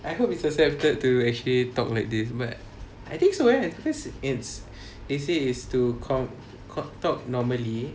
I hope it's accepted to actually talk like this but I think so eh because it's they say is to con~ con~ to talk normally